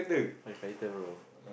firefighter bro